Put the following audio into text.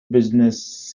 business